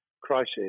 crisis